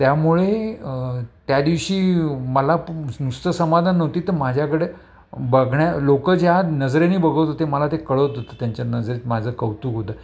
त्यामुळे त्या दिवशी मला नुसतं समाधान नव्हती तर माझ्याकडे बघण्या लोकं ज्या नजरेनी बघत होते मला ते कळत होतं त्यांच्या नजरेत माझं कौतुक होतं